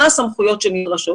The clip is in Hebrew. מה הסמכויות שנדרשות.